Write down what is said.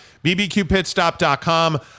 bbqpitstop.com